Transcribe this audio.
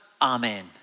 amen